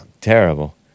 Terrible